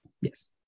Yes